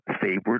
favorite